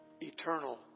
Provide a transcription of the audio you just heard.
eternal